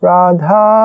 Radha